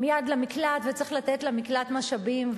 וצריך לתת למקלט משאבים,